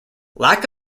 lack